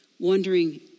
Wondering